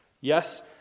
Yes